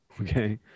Okay